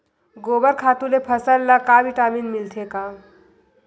गोबर खातु ले फसल ल का विटामिन मिलथे का?